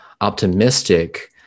optimistic